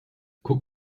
guck